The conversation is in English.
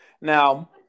Now